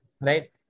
Right